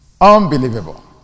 Unbelievable